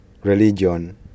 Religion